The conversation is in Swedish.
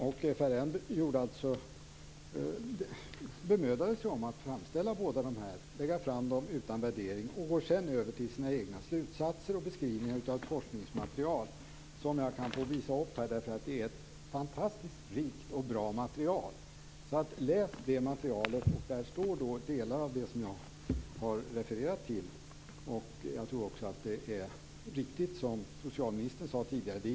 FRN bemödade sig alltså om att framställa båda och lägga fram dem utan värdering innan man gick över till sina egna slutsatser och till en beskrivning av ett forskningsmaterial. Jag visar upp det här, därför att det är ett fantastiskt rikt och bra material. Läs det materialet! Där står delar av det som jag har refererat till. Jag tror också att det är riktigt som socialministern här tidigare sade.